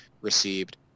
received